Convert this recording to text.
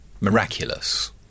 Miraculous